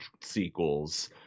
sequels